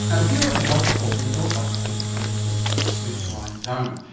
and here on the health report we don't like to take important things like sleep lying down.